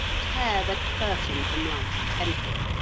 tear the curtain from love's temple,